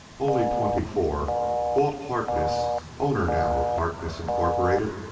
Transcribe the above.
only twenty-four, walt harkness owner now of harkness, incorporated.